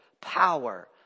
power